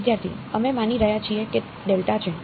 વિદ્યાર્થી અમે માની રહ્યા છીએ કે ડેલ્ટા છે